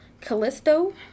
Callisto